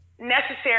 necessary